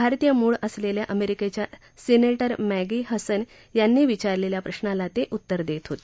भारतीय मूळ असलेल्या अमेरिकेच्या सिनेटर मतीी हसन याप्ती विचारलेल्या प्रशाला ते उत्तर देत होते